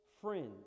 friends